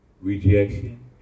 rejection